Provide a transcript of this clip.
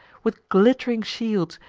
with glitt'ring shields,